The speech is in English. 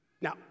Now